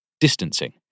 distancing